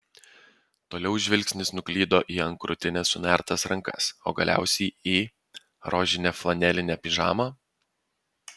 toliau žvilgsnis nuklydo į ant krūtinės sunertas rankas o galiausiai į rožinę flanelinę pižamą